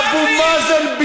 אבו מאזן,